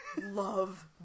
love